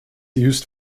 used